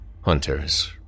Hunters